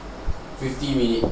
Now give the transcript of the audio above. fifty minute